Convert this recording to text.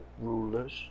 rulers